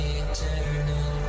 eternal